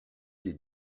les